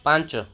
ପାଞ୍ଚ